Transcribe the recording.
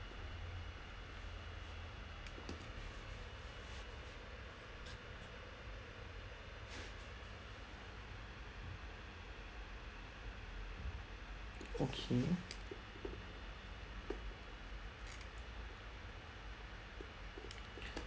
okay